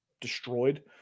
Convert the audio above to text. destroyed